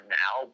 now